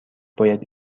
باید